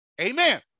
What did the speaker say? Amen